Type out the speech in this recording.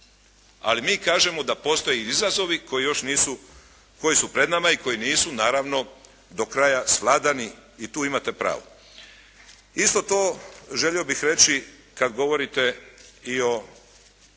Ali mi kažemo da postoje izazovi koji još nisu, koji su pred nama i koji nisu naravno do kraja svladani. I tu imate pravo. Isto to želio bih reći kad govorite i o